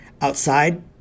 outside